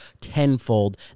tenfold